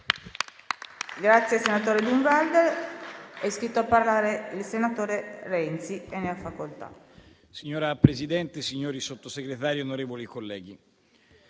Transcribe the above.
Signora Presidente, signori Sottosegretari, onorevoli colleghi,